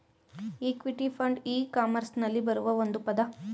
equity fund ಇ ಕಾಮರ್ಸ್ನಲ್ಲಿ ಬರುವ ಒಂದು ಪದ